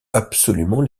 absolument